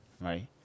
Right